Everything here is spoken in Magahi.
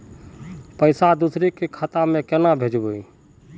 पैसा दूसरे के खाता में केना भेजबे?